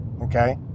okay